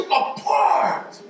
apart